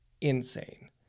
insane